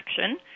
action